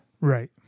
Right